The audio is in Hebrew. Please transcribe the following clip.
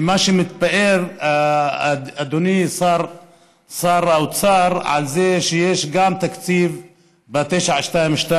ומתפאר אדוני שר האוצר על זה שיש גם תקציב ב-922,